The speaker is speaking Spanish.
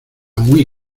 muy